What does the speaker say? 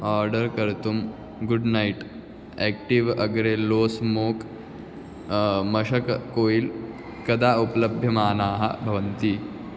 order कर्तुं good night active अग्रे low smoke मशककोयिल् कदा उपलभ्यमानाः भवन्ति